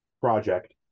project